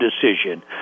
decision